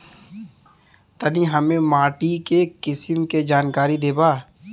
तनि हमें माटी के किसीम के जानकारी देबा?